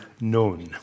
known